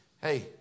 Hey